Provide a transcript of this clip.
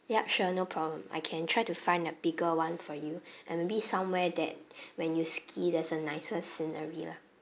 yup sure no problem I can try to find a bigger [one] for you and maybe somewhere that when you ski there's a nicer scenery lah